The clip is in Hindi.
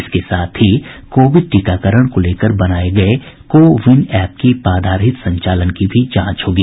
इसके साथ ही कोविड टीकाकरण को लेकर बनाये गये को विन ऐप की बाधा रहित संचालन की भी जांच होगी